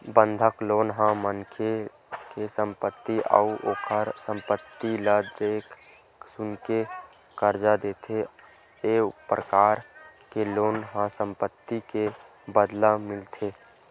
बंधक लोन ह मनखे के संपत्ति अउ ओखर संपत्ति ल देख सुनके करजा देथे ए परकार के लोन ह संपत्ति के बदला मिलथे